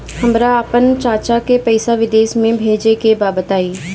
हमरा आपन चाचा के पास विदेश में पइसा भेजे के बा बताई